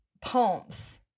poems